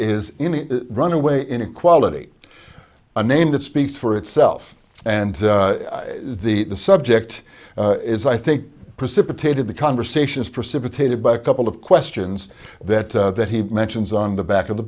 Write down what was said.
the runaway inequality a name that speaks for itself and the subject is i think precipitated the conversations precipitated by a couple of questions that that he mentions on the back of the